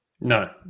No